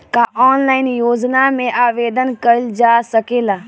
का ऑनलाइन योजना में आवेदन कईल जा सकेला?